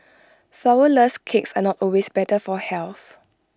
Flourless Cakes are not always better for health